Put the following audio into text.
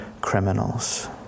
criminals